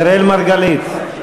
אראל מרגלית,